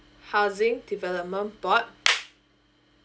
housing development board